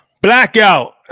Blackout